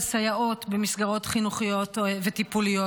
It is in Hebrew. על סייעות במסגרות חינוכיות וטיפוליות,